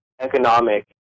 economic